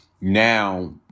now